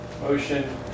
motion